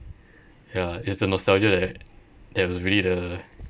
ya it's the nostalgia that that was really the